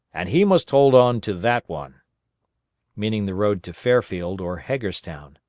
and he must hold on to that one meaning the road to fairfield or hagerstown.